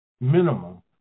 minimum